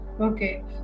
Okay